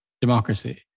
democracy